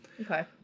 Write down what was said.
okay